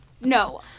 No